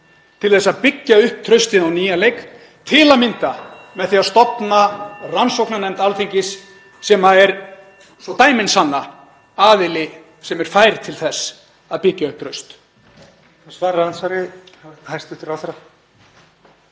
til að byggja upp traustið á nýjan leik, til að mynda með því að stofna rannsóknarnefnd Alþingis, sem er eins og dæmin sanna aðili sem er fær til þess að byggja upp traust?